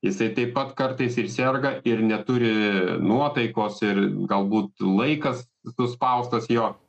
jisai taip pat kartais ir serga ir neturi nuotaikos ir galbūt laikas suspaustas jo